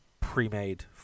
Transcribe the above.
pre-made